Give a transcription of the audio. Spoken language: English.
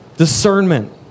discernment